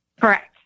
Correct